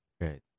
right